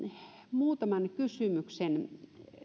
muutaman kysymyksen